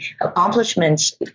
accomplishments